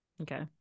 Okay